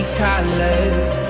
colors